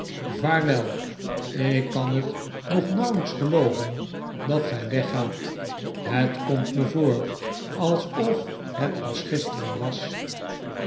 vaarwelr ik kan het nog nauwelijks gelooven dat gij weggaat het komt me voor alsof het pas gisteren was